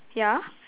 yeah